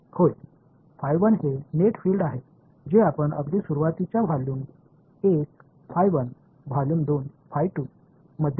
होय हे net field आहे जे आपण अगदी सुरूवातीच्या व्हॉल्यूम 1 व्हॉल्यूम 2 मध्ये घेऊ